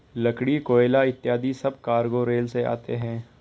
लकड़ी, कोयला इत्यादि सब कार्गो रेल से आते हैं